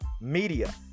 media